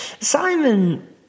Simon